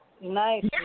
Nice